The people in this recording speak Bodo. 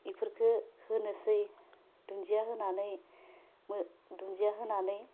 बेफोरखो होनोसै दुन्दिया होनानै मो दुन्दिया होनानै